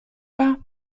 pas